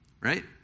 Right